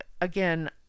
again